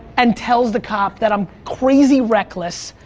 and tells the cop that i'm crazy reckless,